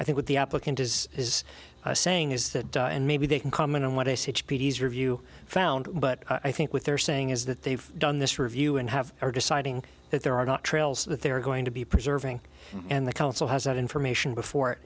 i think that the applicant is is saying is that and maybe they can comment on what is your view found but i think what they're saying is that they've done this review and have are deciding that there are not trails that they're going to be preserving and the council has that information before